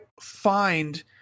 find